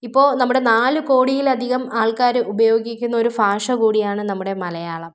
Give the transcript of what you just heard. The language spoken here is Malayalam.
ഇപ്പോൾ നമ്മുടെ നാല് കോടിയിലധികം ആൾക്കാർ ഉപയോഗിക്കുന്ന ഒരു ഭാഷ കൂടിയാണ് നമ്മുടെ മലയാളം